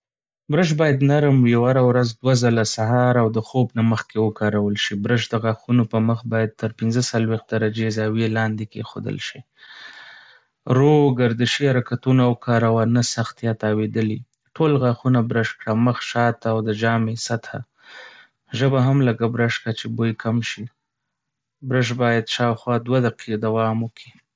برش باید نرم وي او هره ورځ دوه ځله، سهار او د خوب نه مخکې، وکارول شي. برش د غاښونو پر مخ باید تر ۴۵ درجې زاویې لاندې کیښودل شي. ورو، ګردشي حرکتونه وکاروه، نه سخت یا تاوېدلي. ټول غاښونه برش کړه: مخ، شاته، او د ژامې سطحه. ژبه هم لږه برش کړه چې بوی کم شي. برش باید شاوخوا ۲ دقیقې دوام وکړي.